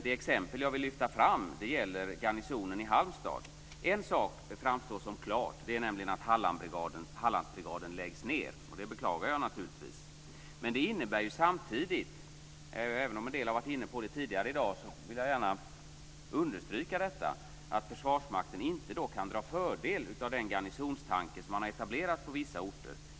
Det exempel som jag vill lyfta fram är garnisonen i En sak som framstår som klar är att Hallandsbrigaden läggs ned, och det beklagar jag naturligtvis. Även om en del har varit inne på detta tidigare i dag, vill jag understryka att Försvarsmakten inte kan dra fördel av den garnisonstanke som man har etablerat på vissa orter.